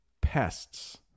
pests